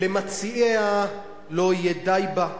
למציעיה לא יהיה די בה,